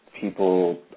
people